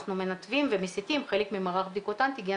מנתבים ומסיתים חלק ממערך בדיקות אנטיגן,